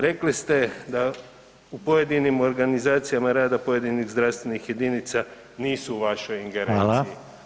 Rekli ste da u pojedinim organizacijama rada pojedinih zdravstvenih jedinica nisu u vašoj ingerenciji.